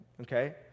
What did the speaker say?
Okay